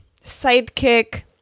sidekick